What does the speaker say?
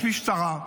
יש משטרה,